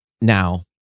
now